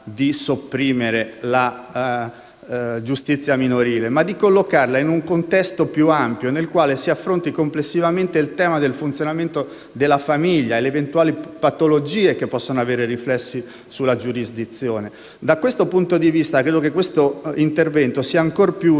giustizia minorile, ma di collocarla in un contesto più ampio, nel quale si affronti complessivamente il tema del funzionamento della famiglia e le eventuali patologie che possono avere riflessi sulla giurisdizione. Da questo punto di vista credo che questo intervento sia ancor più urgente all'indomani dell'intervento